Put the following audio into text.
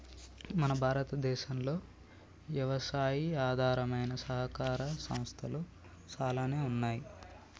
మన భారతదేసంలో యవసాయి ఆధారమైన సహకార సంస్థలు సాలానే ఉన్నాయి